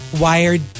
wired